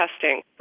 testing